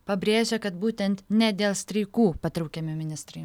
pabrėžia kad būtent ne dėl streikų patraukiami ministrai